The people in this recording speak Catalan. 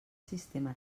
sistema